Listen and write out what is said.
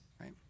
right